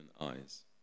eyes